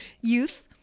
Youth